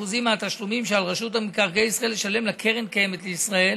מהתשלומים שעל רשות מקרקעי ישראל לשלם לקרן קיימת לישראל,